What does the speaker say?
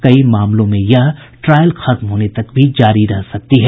कई मामलों में यह ट्रायल खत्म होने तक भी जारी रह सकती है